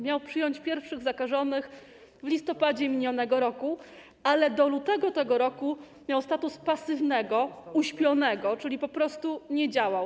Miał przyjąć pierwszych zakażonych w listopadzie minionego roku, ale do lutego tego roku miał status pasywnego, uśpionego, czyli po prostu nie działał.